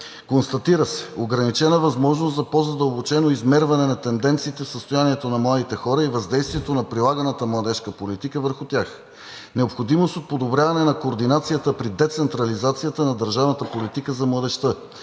констатира се ограничена възможност за по-задълбочено измерване на тенденциите в състоянието на младите хора и въздействието на прилаганата младежка политика върху тях; необходимост от подобряване на координацията при децентрализацията на държавната политика за младежта;